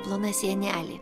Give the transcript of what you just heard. plona sienelė